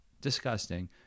disgusting